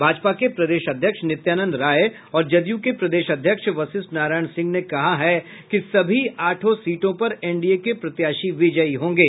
भाजपा के प्रदेश अध्यक्ष नित्यानंद राय और जदयू के प्रदेश अध्यक्ष वशिष्ठ नारायण सिंह ने कहा है कि सभी आठों सीटों पर एनडीए के प्रत्याशी विजयी होंगे